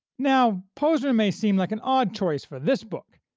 now, posner may seem like an odd choice for this book,